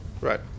right